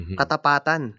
katapatan